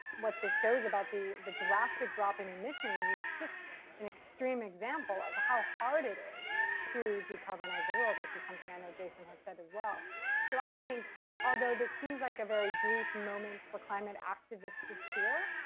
what the shows about the the drastic drop in emissions is just an extreme example of how hard it is to decarbonize the world, which is something i know jason has said as well so i think although this seems like a very brief moment for climate activists to cheer